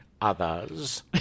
others